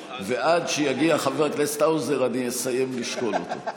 ועד שיגיע חבר הכנסת האוזר אני אסיים לשקול אותו.